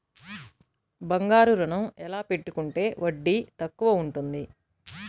బంగారు ఋణం ఎలా పెట్టుకుంటే వడ్డీ తక్కువ ఉంటుంది?